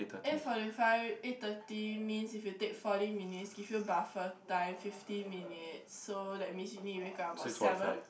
eight forty five eight thirty means if you take forty minutes give you buffer time fifty minutes so that means you need to wake up about seven